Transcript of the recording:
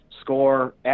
Score